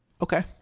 Okay